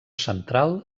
central